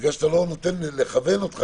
ובגלל שאתה לא נותן לכוון אותך,